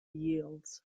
yields